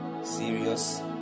serious